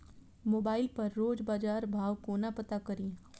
Mobile पर रोज बजार भाव कोना पता करि?